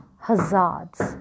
hazards